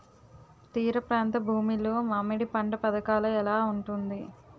తీర ప్రాంత భూమి లో మామిడి పంట పథకాల ఎలా ఉంటుంది?